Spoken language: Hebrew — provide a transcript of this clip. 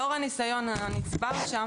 לאור הניסיון הנצבר שם,